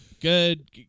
Good